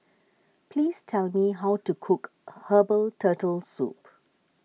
please tell me how to cook Herbal Turtle Soup